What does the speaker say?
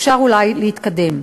אפשר אולי להתקדם.